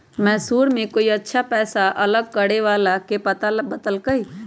मैसूर में कोई अच्छा पैसा अलग करे वाला के पता बतल कई